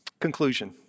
Conclusion